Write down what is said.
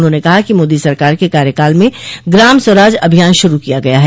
उन्होंने कहा कि मोदी सरकार के कार्यकाल मं ग्राम स्वराज अभियान शुरू किया गया है